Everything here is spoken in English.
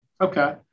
Okay